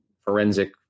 forensic